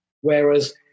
Whereas